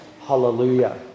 hallelujah